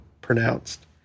pronounced